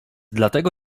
dlatego